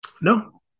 no